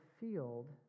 field